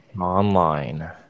Online